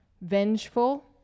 Vengeful